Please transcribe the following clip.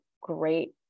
great